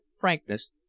frankness